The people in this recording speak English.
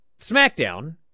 SmackDown